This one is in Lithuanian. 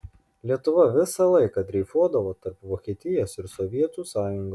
lietuva visą laiką dreifuodavo tarp vokietijos ir sovietų sąjungos